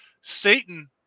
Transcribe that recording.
Satan